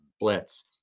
blitz